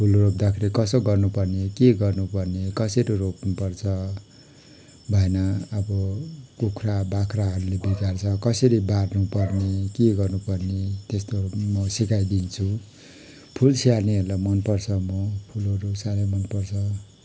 फुल रोप्दाखेरि कसो गर्नु पर्ने के गर्नु पर्ने कसरी रोप्नु पर्छ भएन अब कुखुरा बाख्राहरूले बिगार्छ कसरी बार्नु पर्ने के गर्नु पर्ने त्यस्तोहरू म सिकाइदिन्छु फुल स्याहार्नेहरूलाई मन पर्छ म फुलहरू साह्रै मन पर्छ